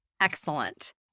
Excellent